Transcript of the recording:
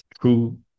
True